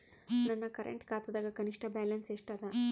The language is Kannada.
ನನ್ನ ಕರೆಂಟ್ ಖಾತಾದಾಗ ಕನಿಷ್ಠ ಬ್ಯಾಲೆನ್ಸ್ ಎಷ್ಟು ಅದ